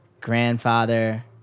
grandfather